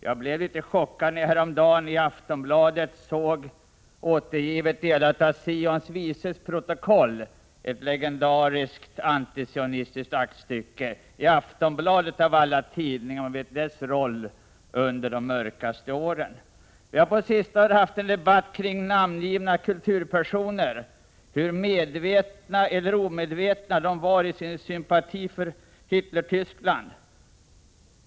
Jag blev litet chockad när jag häromdagen i Aftonbladet såg återgivet delar av Sions vises protokoll, ett legendariskt antisionistiskt aktstycke — i Aftonbladet av alla tidningar med dess roll under de mörkaste åren. Vi har under den senaste tiden haft en debatt om hur medvetna eller omedvetna vissa namngivna kulturpersoner var om sin sympati för Hitlertyskland.